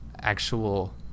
actual